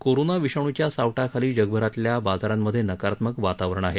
corona विषाणूच्या सावटाखाली जगभरातल्या बाजारांमधे नकारात्मक वातावरण आहे